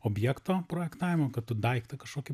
objekto projektavimo kad tu daiktą kažkokį